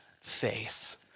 faith